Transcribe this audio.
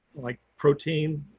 like protein,